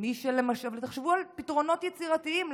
ותחשבו על פתרונות יצירתיים.